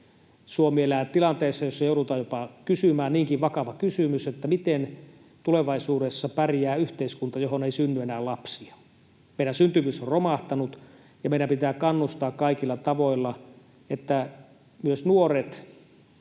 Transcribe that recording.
Suomi elää tilanteessa, jossa joudutaan jopa kysymään niinkin vakava kysymys, että miten tulevaisuudessa pärjää yhteiskunta, johon ei synny enää lapsia. Meidän syntyvyys on romahtanut, ja meidän pitää kannustaa kaikilla tavoilla, että nuorilla,